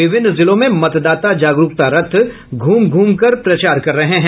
विभिन्न जिलों में मतदाता जागरूकता रथ घूम घूम कर प्रचार कर रहे हैं